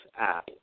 app